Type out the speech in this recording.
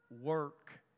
Work